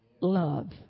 love